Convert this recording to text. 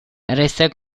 resta